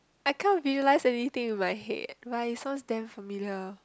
I can't visualize anything in my head but it sounds damn familiar